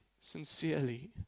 sincerely